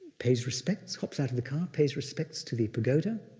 pays respects, hops out in the car, pays respects to the pagoda,